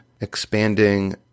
expanding